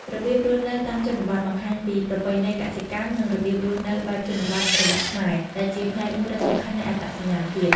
របៀបរស់នៅតាមជនបទ បង្ហាញពីប្រពៃណីកសិកម្ម និងរបៀបរស់នៅបែបជនបទរបស់ខ្មែរ ដែលជាផ្នែកមួយដ៏សំខាន់នៃអត្តសញ្ញាណជាតិ ។